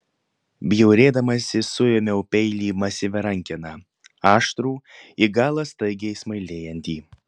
bjaurėdamasi suėmiau peilį masyvia rankena aštrų į galą staigiai smailėjantį